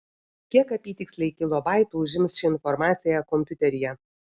kiek apytiksliai kilobaitų užims ši informacija kompiuteryje